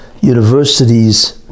universities